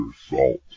salt